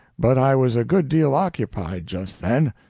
but i was a good deal occupied just then.